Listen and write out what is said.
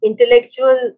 intellectual